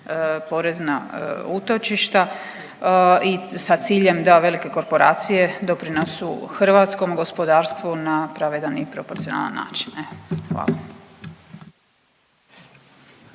porezna utočišta i sa ciljem da velike korporacije doprinesu hrvatskom gospodarstvu na pravedan i proporcionalan način. Evo,